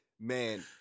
Man